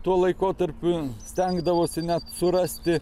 tuo laikotarpiu stengdavosi net surasti